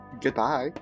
Goodbye